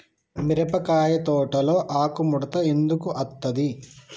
మిరపకాయ తోటలో ఆకు ముడత ఎందుకు అత్తది?